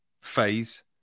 phase